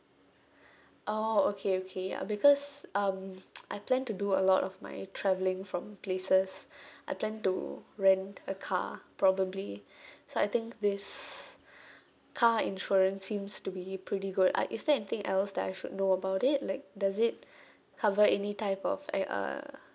oh okay okay ya because um I plan to do a lot of my travelling from places I plan to rent a car probably so I think this car insurance seems to be pretty good uh is there anything else that I should know about it like does it cover any type of a~ uh